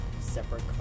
separate